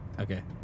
Okay